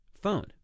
phone